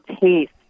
taste